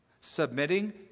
submitting